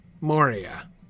Moria